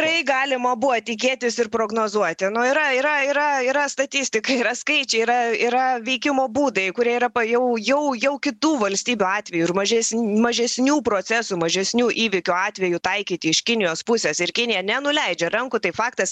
tikrai galima buvo tikėtis ir prognozuoti nu yra yra yra yra statistika yra skaičiai yra yra veikimo būdai kurie yra pa jau jau jau kitų valstybių atveju ir mažesn mažesnių procesų mažesnių įvykių atveju taikyti iš kinijos pusės ir kinija nenuleidžia rankų tai faktas